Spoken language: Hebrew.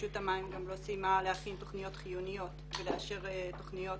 רשות המים גם לא סיימה להכין תוכניות חיוניות ולאשר תוכניות